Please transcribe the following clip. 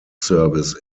service